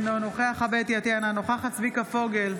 אינו נוכח חוה אתי עטייה, אינה נוכחת צביקה פוגל,